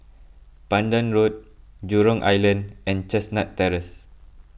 Pandan Road Jurong Island and Chestnut Terrace